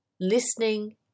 listening